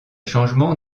changements